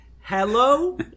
Hello